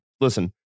listen